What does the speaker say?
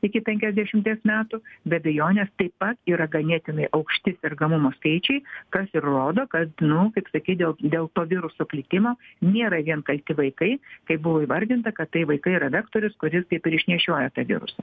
iki penkiasdešimties metų be abejonės taip pat yra ganėtinai aukšti sergamumo skaičiai kas ir rodo kad nu kaip sakyt dėl dėl to viruso plitimą nėra vien kalti vaikai kaip buvo įvardinta kad tai vaikai yra vektorius kuris kaip ir išnešioja tą virusą